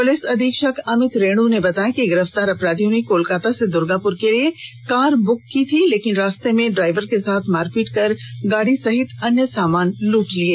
police अधीक्षक अमित रेणु ने बताया कि गिरफ्तार अपराधियों ने कोलकाता से दर्गापुर के लिए कार बुक की थी लेकिन ड्राइवर के साथ मारपीट कर गाड़ी सहित कई सामान लूट लिये